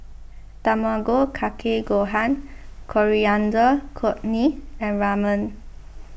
Tamago Kake Gohan Coriander Cortney and Ramen